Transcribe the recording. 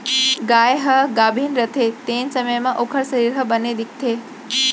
गाय ह गाभिन रथे तेन समे म ओकर सरीर ह बने दिखथे